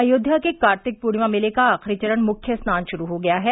अयोध्या के कार्तिक पूर्णिमा मेले का आखिरी चरण मुख्य स्नान शुरू हो गया है